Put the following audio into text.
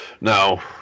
now